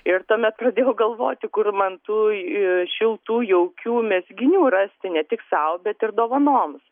ir tuomet pradėjau galvoti kur man tų šiltų jaukių mezginių rasti ne tik sau bet ir dovanoms